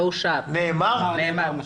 לא אושר, נאמר.